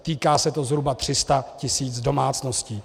Týká se to zhruba 300 tisíc domácností.